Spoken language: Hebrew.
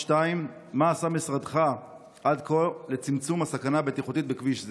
2. מה עשה משרדך עד כה לצמצום הסכנה הבטיחותית בכביש זה?